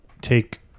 take